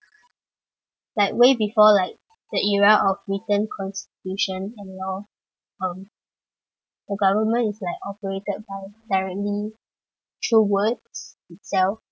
like way before like the era of written constitution and law um the government is like operated by directly through words itself